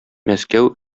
мәскәү